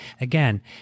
Again